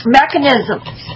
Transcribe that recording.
mechanisms